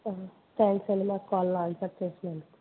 thanks thanks అండి మా call answer చేసినందుకు